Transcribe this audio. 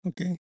okay